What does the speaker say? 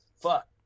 fuck